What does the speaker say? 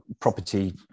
property